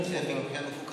הם לא מדווחים,